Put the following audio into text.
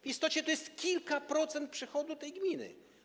W istocie to jest kilka procent przychodu tej gminy.